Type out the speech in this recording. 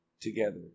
together